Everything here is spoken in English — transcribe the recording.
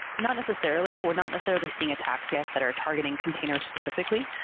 not necessarily. we're not necessarily seeing attacks yet that are targeting containers specifically,